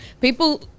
People